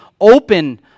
open